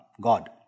God